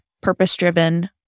purpose-driven